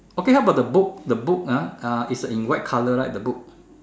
okay how about the book the book ah ah is a in white colour right the book